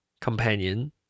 companion